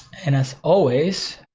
and as always,